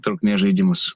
trukmės žaidimus